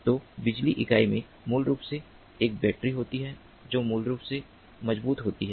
तो बिजली इकाई में मूल रूप से एक बैटरी होती है जो मूल रूप से मजबूत होती है